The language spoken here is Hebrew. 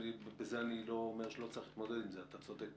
אני לא אומר שלא צריך להתמודד עם זה, אתה צודק.